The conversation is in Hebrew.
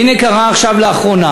והנה קרה לאחרונה,